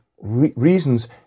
reasons